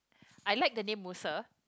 I like the name Musa